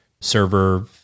server